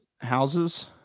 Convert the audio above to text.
houses